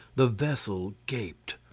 the vessel gaped.